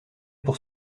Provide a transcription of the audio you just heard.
pour